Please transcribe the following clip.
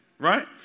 Right